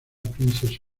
princess